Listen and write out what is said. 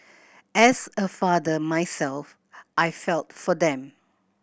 as a father myself I felt for them